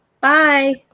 Bye